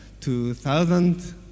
2,000